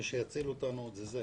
מי שיציל אותנו זה זה.